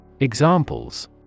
Examples